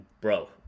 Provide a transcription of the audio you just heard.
Bro